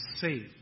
safe